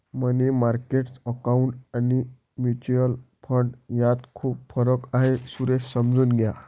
मनी market account आणि mutual fund यात खूप फरक आहे, सुरेश समजून घ्या